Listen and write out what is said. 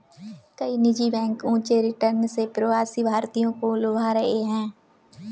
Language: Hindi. कई निजी बैंक ऊंचे रिटर्न से प्रवासी भारतीयों को लुभा रहे हैं